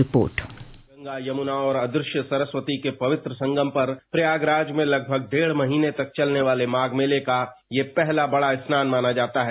dispatch Ganga Yamuna और अदृश्य सरस्वती के पवित्र संगम पर प्रयागराज में लगभग डेढ़ महीने तक चलने वाले माघ मेले का ये पहला बड़ा स्नान माना जाता है